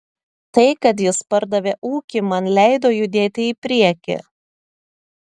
tai kad jis pardavė ūkį man leido judėti į priekį